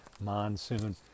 monsoon